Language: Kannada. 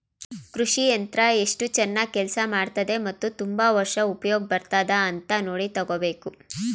ಕೃಷಿ ಯಂತ್ರ ಎಸ್ಟು ಚನಾಗ್ ಕೆಲ್ಸ ಮಾಡ್ತದೆ ಮತ್ತೆ ತುಂಬಾ ವರ್ಷ ಉಪ್ಯೋಗ ಬರ್ತದ ಅಂತ ನೋಡಿ ತಗೋಬೇಕು